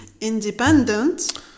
independent